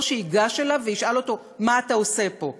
שייגש אליו וישאל אותו: מה אתה עושה פה?